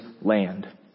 land